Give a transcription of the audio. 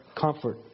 comfort